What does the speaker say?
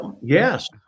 Yes